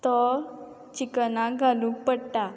तो चिकनाक घालूक पडटा